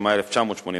התשמ"א 1981,